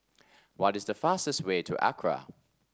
what is the fastest way to Accra